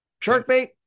Sharkbait